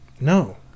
no